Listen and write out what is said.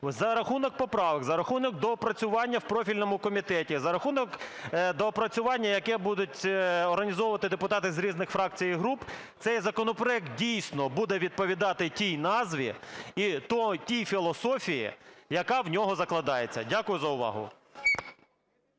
за рахунок поправок, за рахунок доопрацювання в профільному комітеті, за рахунок доопрацювання, яке будуть організовувати депутати з різних фракцій і груп, цей законопроект дійсно буде відповідати тій назві і тій філософії, яка в нього закладається. Дякую за увагу.